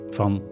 van